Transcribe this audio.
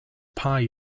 pie